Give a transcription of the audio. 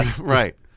Right